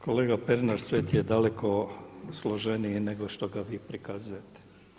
Kolega Pernar, svijet je daleko složeniji nego što ga vi prikazujete.